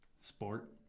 Sport